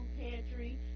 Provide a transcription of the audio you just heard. pantry